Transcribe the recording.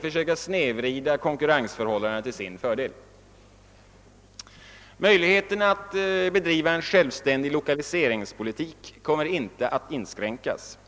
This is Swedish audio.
försöker snedvrida konkurrensförhållandena till sin fördel. Möjligheterna att bedriva en självständig lokaliseringspolitik kommer inte att inskränkas.